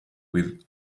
with